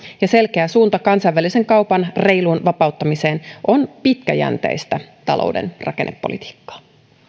ja selkeä suunta kansainvälisen kaupan reiluun vapauttamiseen ovat pitkäjänteistä talouden rakennepolitiikkaa